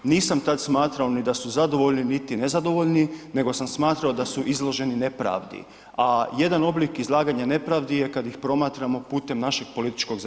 Nisam tad smatramo ni da su zadovoljni, niti nezadovoljni nego sam smatrao da su izloženi nepravdi, a jedan oblik izlaganja nepravi je kad ih promatramo putem našeg političkog zadovoljstva.